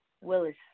Willis